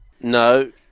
No